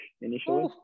initially